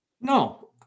No